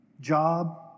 job